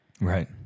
Right